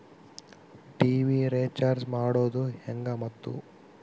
TV recharge ಮಾಡೋದು ಹೆಂಗ ಮತ್ತು?